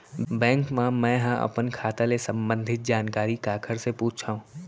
Bank मा मैं ह अपन खाता ले संबंधित जानकारी काखर से पूछव?